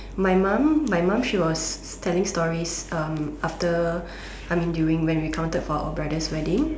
my mum my mum she was telling stories after I mean during when we counted for our brother's wedding